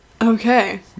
okay